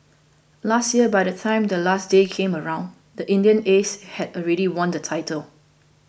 last year by the time the last day came around the Indian Aces had already won the title